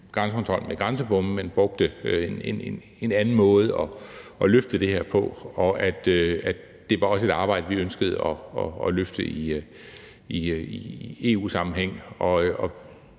grænsekontrol med grænsebomme. Vi ønskede, at man fandt en anden måde at løfte det her på, og det var også et arbejde, vi ønskede at løfte i EU-sammenhæng.